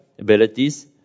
abilities